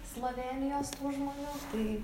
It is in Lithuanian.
slovėnijos tų žmonių tai